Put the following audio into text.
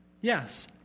Yes